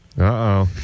Uh-oh